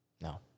No